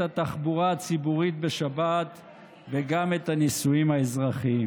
התחבורה הציבורית בשבת וגם את הנישואים האזרחיים.